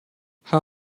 how